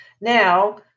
Now